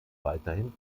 weiterhin